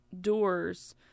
doors